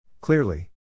Clearly